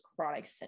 chronic